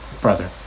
Brother